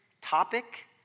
topic